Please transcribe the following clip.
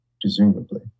presumably